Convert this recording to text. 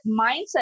mindset